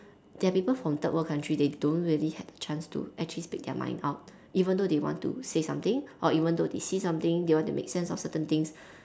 there are people from third world countries they don't really have a chance to actually speak their mind out even though they want to say something or even though they see something they want to make sense of certain things